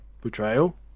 Betrayal